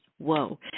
Whoa